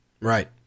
Right